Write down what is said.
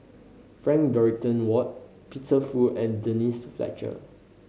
Frank Dorrington Ward Peter Fu and Denise Fletcher